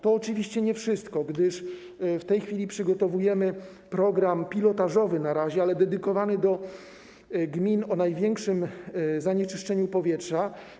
To oczywiście nie wszystko, gdyż w tej chwili przygotowujemy program pilotażowy na razie, ale dedykowany dla gmin o największym zanieczyszczeniu powietrza.